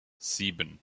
sieben